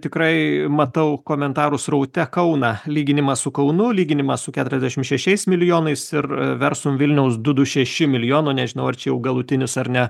tikrai matau komentarų sraute kauną lyginimas su kaunu lyginimas su keturiasdešim šešiais milijonais ir versum vilniaus du du šeši milijono nežinau ar čia jau galutinis ar ne